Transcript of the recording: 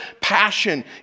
passion